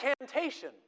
incantation